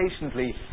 patiently